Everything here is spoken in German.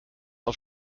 auf